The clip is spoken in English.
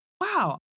wow